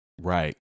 Right